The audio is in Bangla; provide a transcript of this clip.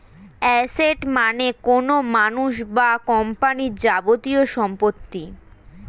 অ্যাসেট মানে কোনো মানুষ বা কোম্পানির যাবতীয় সম্পত্তি